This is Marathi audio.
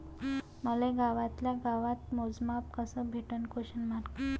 मले गावातल्या गावात मोजमाप कस भेटन?